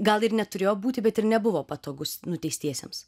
gal ir neturėjo būti bet ir nebuvo patogus nuteistiesiems